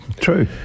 True